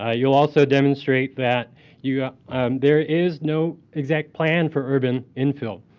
ah you'll also demonstrate that you are there is no exact plan for urban infill.